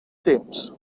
temps